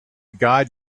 guide